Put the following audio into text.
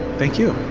thank you.